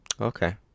Okay